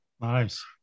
Nice